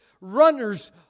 runners